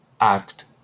act